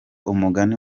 umugani